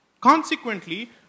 Consequently